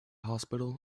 hospital